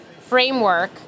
framework